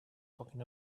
talking